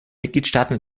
mitgliedstaaten